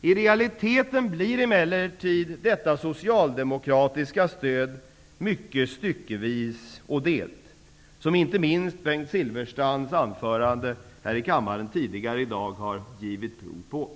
I realiteten blir emellertid detta socialdemokratiska stöd mycket styckevis fördelat, vilket inte minst Bengt Silfverstrands anförande här i kammaren tidigare i dag har givit prov på.